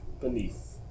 beneath